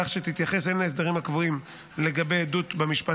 כך שתתייחס הן להסדרים הקבועים לגבי עדות במשפט